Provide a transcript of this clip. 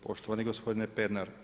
Poštovani gospodine Pernar.